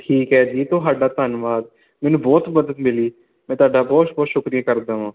ਠੀਕ ਹੈ ਜੀ ਤੁਹਾਡਾ ਧੰਨਵਾਦ ਮੈਨੂੰ ਬਹੁਤ ਮਦਦ ਮਿਲੀ ਮੈਂ ਤੁਹਾਡਾ ਬਹੁਤ ਬਹੁਤ ਸ਼ੁਕਰੀਆ ਕਰਦਾ ਹਾਂ